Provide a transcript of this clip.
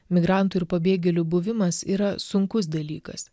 migrantų ir pabėgėlių buvimas yra sunkus dalykas